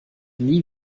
nie